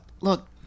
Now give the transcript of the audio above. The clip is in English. look